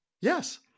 Yes